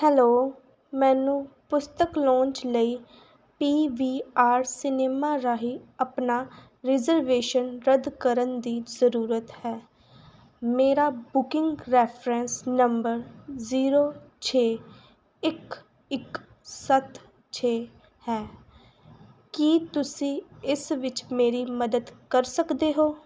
hello ਮੈਨੂੰ ਪੁਸਤਕ launch ਲਈ ਪੀ ਵੀ ਆਰ ਸਿਨੇਮਾ ਰਾਹੀਂ ਆਪਣਾ ਰਿਜ਼ਰਵੇਸ਼ਨ ਰੱਦ ਕਰਨ ਦੀ ਜ਼ਰੂਰਤ ਹੈ ਮੇਰਾ ਬੁਕਿੰਗ ਰੈਫਰੈਂਸ ਨੰਬਰ ਜ਼ੀਰੋ ਛੇ ਇੱਕ ਇੱਕ ਸੱਤ ਛੇ ਹੈ ਕੀ ਤੁਸੀਂ ਇਸ ਵਿੱਚ ਮੇਰੀ ਮਦਦ ਕਰ ਸਕਦੇ ਹੋ